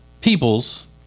peoples